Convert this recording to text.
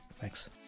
Thanks